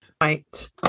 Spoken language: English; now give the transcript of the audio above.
Right